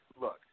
look